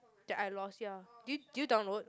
that I lost ya do you do you download